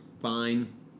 fine